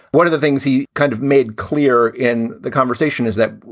one of the things he kind of made clear in the conversation is that,